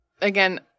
Again